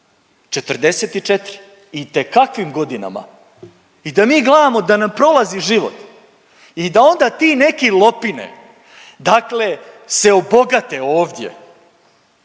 44, itekakvim godinama i da mi gledamo da nam prolazi život i da onda ti neki lopine, dakle se obogate ovdje,